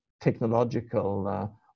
technological